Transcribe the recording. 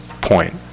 point